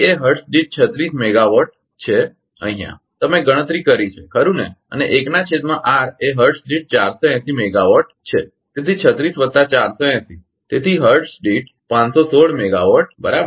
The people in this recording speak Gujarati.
ડી એ હર્ટ્ઝ દીઠ 36 મેગાવોટ છે અહીંયા તમે ગણતરી કરી છે ખરુ ને અને 1 ના છેદમાં આર એ હર્ટ્ઝ દીઠ 480 મેગાવાટ છે તેથી 36 વત્તા 480 તેથી હર્ટ્ઝ દીઠ 516 મેગાવાટ બરાબર